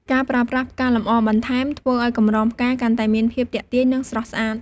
ការប្រើប្រាស់ផ្កាលម្អបន្ថែម ធ្វើឲ្យកម្រងផ្កាកាន់តែមានភាពទាក់ទាញ និងស្រស់ស្អាត។